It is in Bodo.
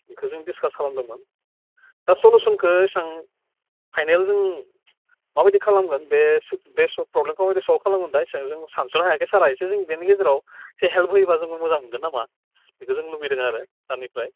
बेखौ जों डिसकास खालामदोंमोन दा सलुशनखौ इसां फाइनाल जों माबायदि खालामगोन बे सल्भ बे सल्भ प्रब्लेमखौ सल्भ खालामोबा एसां जों सानस'नो हायाखै सारा एसे जों बिनि गेजेराव एसे हेल्प होयोबा जोबो मोजां मोनगोन नामा बिखौ जों लुबैदों आरो सारनिफ्राय